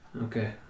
okay